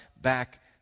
back